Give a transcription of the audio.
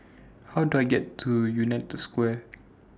How Do I get to United Square